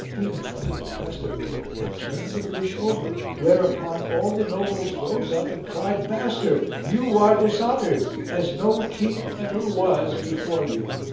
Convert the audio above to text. he knew nothing of the custom and turned the fish over whereupon all the nobles rose up and cried master, you are dishonoured, as no king ever was before you.